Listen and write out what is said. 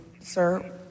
sir